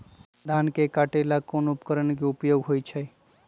धान के काटे का ला कोंन उपकरण के उपयोग होइ छइ?